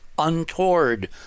untoward